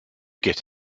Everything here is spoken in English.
get